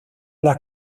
las